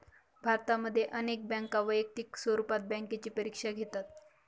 भारतामध्ये अनेक बँका वैयक्तिक स्वरूपात बँकेची परीक्षा घेतात